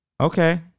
okay